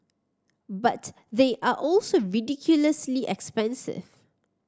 but they are also ridiculously expensive